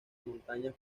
montañas